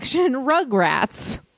Rugrats